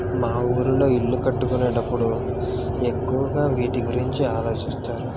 మా ఊర్లో ఇల్లు కట్టుకునేడప్పుడు ఎక్కువగా వీటి గురించి ఆలోచిస్తారు